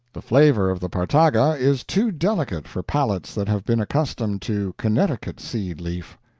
the flavor of the partaga is too delicate for palates that have been accustomed to connecticut seed leaf.